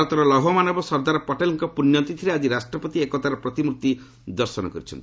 ଭାରତର ଲୌହ ମାନବ ସର୍ଦ୍ଦାର ପଟେଲଙ୍କ ପୁଶ୍ୟ ତିଥିରେ ଆଜି ରାଷ୍ଟ୍ରପତି ଏକତାର ପ୍ରତିମୂର୍ତ୍ତି ଦର୍ଶନ କରିଛନ୍ତି